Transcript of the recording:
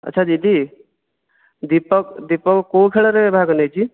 ଆଚ୍ଛା ଦିଦି ଦୀପକ ଦୀପକ କେଉଁ ଖେଳରେ ଭାଗ ନେଇଛି